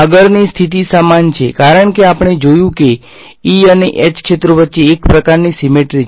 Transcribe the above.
આગળની સ્થિતિ સમાન છે કારણ કે આપણે જોયું છે કે E અને H ક્ષેત્રો વચ્ચે એક પ્રકારની સીમેટ્રી છે